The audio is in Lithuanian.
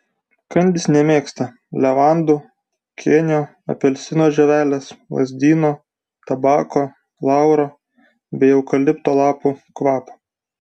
kandys nemėgsta levandų kėnio apelsino žievelės lazdyno tabako lauro bei eukalipto lapų kvapo